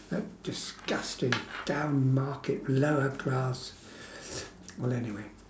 a disgusting damn market lower class well anyway